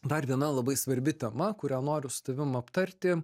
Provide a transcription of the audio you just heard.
dar viena labai svarbi tema kurią noriu su tavim aptarti